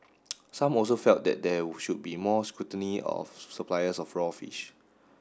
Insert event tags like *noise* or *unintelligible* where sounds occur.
*hesitation* some also felt that there should be more scrutiny of *unintelligible* suppliers of raw fish